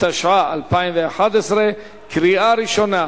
התשע"א 2011, קריאה ראשונה.